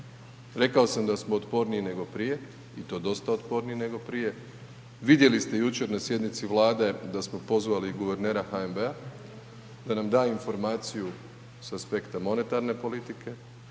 Rekao sam da smo otporniji nego prije i to dosta otporniji nego prije. Vidjeli ste jučer na sjednici Vlade da smo pozvali guvernera HNB-a da nam da informaciju sa aspekta monetarne politike,